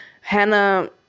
Hannah